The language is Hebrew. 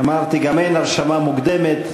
אמרתי גם שאין הרשמה מוקדמת.